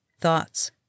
thoughts